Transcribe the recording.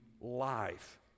life